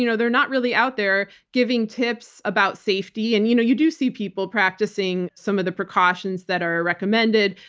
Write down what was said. you know they're not really out there giving tips about safety. and you know you do see people practicing some of the precautions that are recommended,